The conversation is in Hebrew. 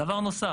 דבר נוסף,